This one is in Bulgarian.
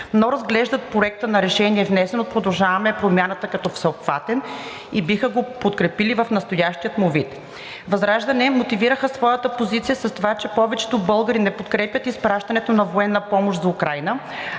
но разглеждат Проекта на решение, внесен от „Продължаваме Промяната“ като всеобхватен и биха го подкрепили в настоящия му вид. ВЪЗРАЖДАНЕ мотивираха своята позиция с това, че повечето българи не подкрепят изпращането на военна помощ за Украйна,